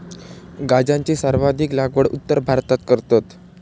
गांजाची सर्वाधिक लागवड उत्तर भारतात करतत